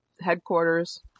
headquarters